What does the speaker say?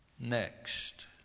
Next